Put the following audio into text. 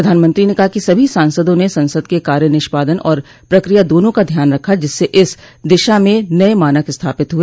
प्रधानमंत्री ने कहा कि सभी सांसदों ने संसद के कार्य निष्पादन और प्रक्रिया दोनों का ध्यान रखा जिससे इस दिशा में नये मानक स्थापित हुए